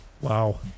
wow